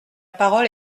parole